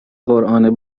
قرآن